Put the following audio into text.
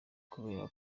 kubera